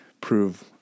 prove